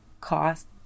cost